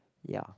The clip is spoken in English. ya